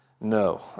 No